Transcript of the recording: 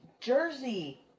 Jersey